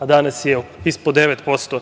a danas je ispod 9%.